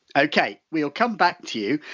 okay, we'll come back to you.